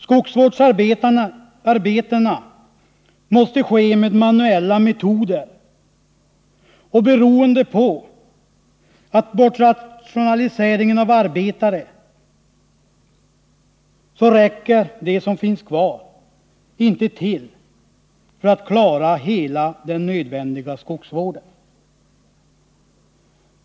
Skogsvårdsarbetena måste ske med manuella metoder, och beroende på bortrationaliseringen av arbetare räcker de som finns kvar inte till för att klara hela den nödvändiga skogsvården.